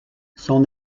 son